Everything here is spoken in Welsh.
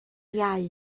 iau